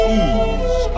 ease